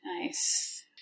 Nice